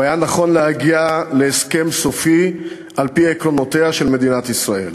והיה נכון להגיע להסכם סופי על-פי עקרונותיה של מדינת ישראל.